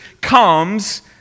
comes